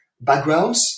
backgrounds